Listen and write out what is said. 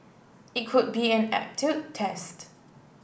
it could be an aptitude test